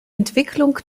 entwicklung